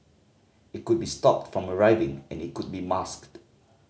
it could be stopped from arriving and it could be masked